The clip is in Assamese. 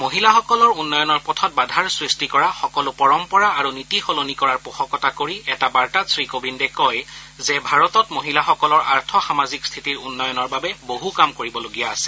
মহিলাসকলৰ উন্নয়নৰ পথত বাধাৰ সৃষ্টি কৰা সকলো পৰম্পৰা আৰু নীতি সলনি কৰাৰ পোষকতা কৰি এটা বাৰ্তাত শ্ৰীকোৱিন্দে কয় যে ভাৰতত মহিলাসকলৰ আৰ্থ সামাজিক স্থিতিৰ উন্নয়নৰ বাবে বহু কাম কৰিবলগীয়া আছে